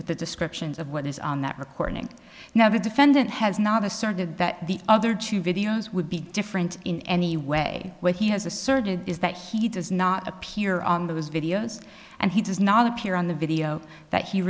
descriptions of what is on that recording now the defendant has not asserted that the other two videos would be different in any way where he has asserted is that he does not appear on those videos and he does not appear on the video that he